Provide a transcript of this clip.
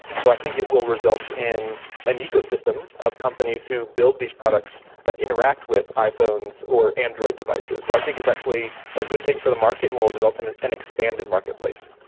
so i think it will result in an ecosystem of companies who build these products that interact with iphones or android devices. so i think it's actually a good thing for the market and will result in an an expanded marketplace.